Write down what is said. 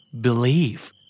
Believe